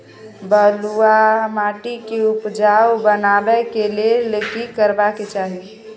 बालुहा माटी के उपजाउ बनाबै के लेल की करबा के चाही?